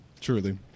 Truly